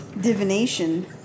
Divination